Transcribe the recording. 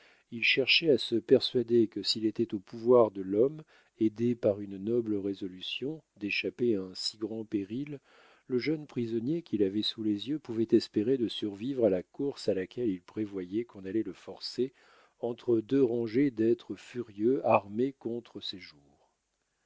il cherchait à se persuader que s'il était au pouvoir de l'homme aidé par une noble résolution d'échapper à un si grand péril le jeune prisonnier qu'il avait sous les yeux pouvait espérer de survivre à la course à laquelle il prévoyait qu'on allait le forcer entre deux rangées d'êtres furieux armés contre ses